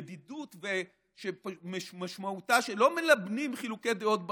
ידידות שמשמעותה שלא מלבנים חילוקי דעות בחוץ.